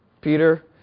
Peter